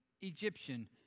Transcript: Egyptian